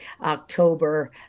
October